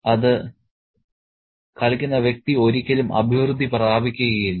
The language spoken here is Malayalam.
അത് കളിക്കുന്ന വ്യക്തി ഒരിക്കലും അഭിവൃദ്ധി പ്രാപിക്കുകയില്ല